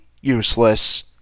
useless